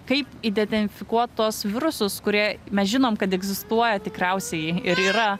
kaip idetenfikuot tuos virusus kurie mes žinom kad egzistuoja tikriausiai ir yra